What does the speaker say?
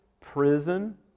prison